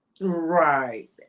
Right